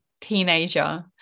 teenager